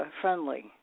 friendly